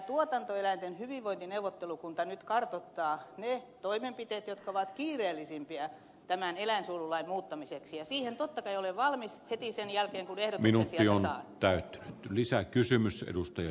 tuotantoeläinten hyvinvointineuvottelukunta nyt kartoittaa ne toimenpiteet jotka ovat kiireellisimpiä eläinsuojelulain muuttamiseksi ja siihen totta kai olen valmis heti sen jälkeen kun ehdotukset sieltä saan